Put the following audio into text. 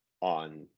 on